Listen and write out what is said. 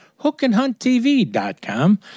HookandHuntTV.com